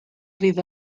fydd